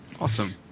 awesome